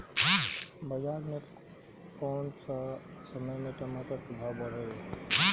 बाजार मे कौना समय मे टमाटर के भाव बढ़ेले?